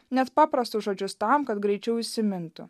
net paprastus žodžius tam kad greičiau įsimintų